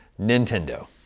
Nintendo